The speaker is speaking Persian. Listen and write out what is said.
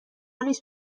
نیست